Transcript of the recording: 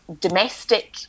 domestic